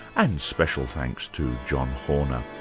and special thanks to john horner.